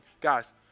Guys